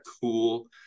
cool